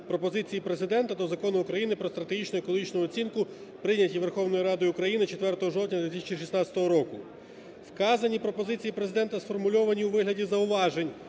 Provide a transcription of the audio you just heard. пропозиції Президента до Закону України "Про стратегічну екологічну оцінку", прийняті Верховною Радою України 4 жовтня 2016 року. Вказані пропозиції Президента сформульовані у вигляді зауважень,